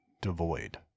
devoid